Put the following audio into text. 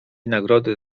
nagrody